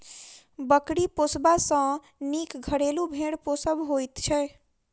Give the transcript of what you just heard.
बकरी पोसबा सॅ नीक घरेलू भेंड़ पोसब होइत छै